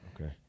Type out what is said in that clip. okay